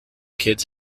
kids